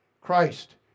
Christ